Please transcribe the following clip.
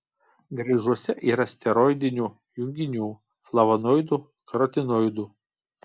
graižuose yra steroidinių junginių flavonoidų karotinoidų